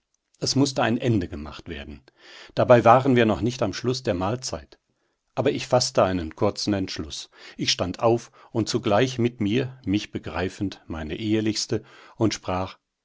es mußte ein ende gemacht werden dabei waren wir noch nicht am schluß der mahlzeit aber ich faßte einen kurzen entschluß ich stand auf und zugleich mit mir mich begreifend meine ehelichste und sprach